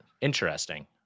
Interesting